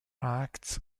act